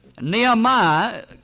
Nehemiah